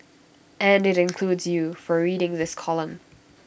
and IT includes you for reading this column